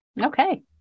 okay